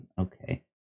okay